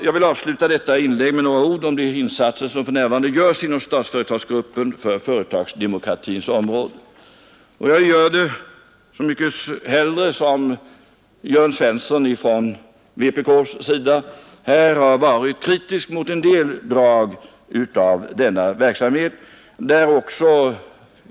Jag vill avsluta detta inlägg med några ord om de insatser som för närvarande görs inom Statsföretagsgruppen på företagsdemokratins område, och jag gör det så mycket hellre som herr Svensson i Malmö från vpk:s sida ju har varit kritisk mot vissa drag i den verksamheten.